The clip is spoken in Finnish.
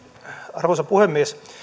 arvoisa puhemies